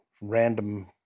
random